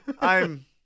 I'm-